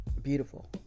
beautiful